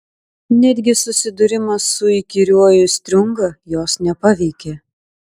netgi susidūrimas su įkyriuoju striunga jos nepaveikė